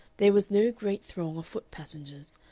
there was no great throng of foot-passengers,